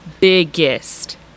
Biggest